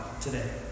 today